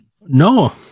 No